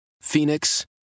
Phoenix